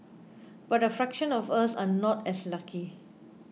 but a fraction of us are not as lucky